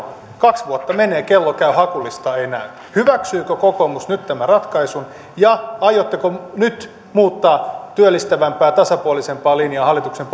kaksi vuotta menee kello käy hakulista ei näy hyväksyykö kokoomus nyt tämän ratkaisun ja aiotteko nyt muuttaa työllistävämpään tasapuolisempaan linjaan hallituksen